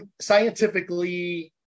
scientifically